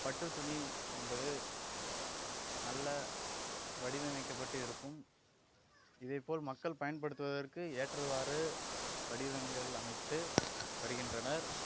பட்டுத்துணி என்பது நல்ல வடிவமைக்கப்பட்டு இருக்கும் இதைப் போல் மக்கள் பயன்படுத்துவதற்கு ஏற்றவாறு வடிவங்கள் அமைத்துத் தருகின்றனர்